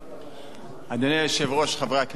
אדוני היושב-ראש, חברי הכנסת,